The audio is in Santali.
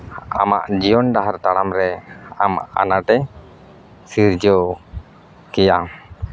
ᱟᱢᱟᱜ ᱡᱤᱭᱚᱱ ᱰᱟᱦᱟᱨ ᱛᱟᱲᱟᱢ ᱨᱮ ᱟᱢᱟᱜ ᱟᱱᱟᱴᱮ ᱥᱤᱨᱡᱟᱹᱣ ᱠᱮᱭᱟ